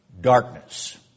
darkness